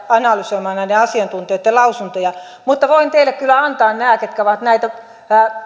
analysoimaan näiden asiantuntijoitten lausuntoja mutta voin teille kyllä antaa nämä ketkä ovat